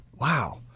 Wow